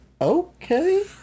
Okay